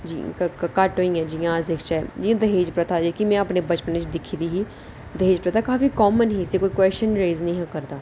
जि'यां दाज प्रथा जेह्की कि में अपने बचपन च दिक्खी दी ही दाज प्रथा काफी काॅमन ही कोई क्वश्चन रेज़ निं हा करदा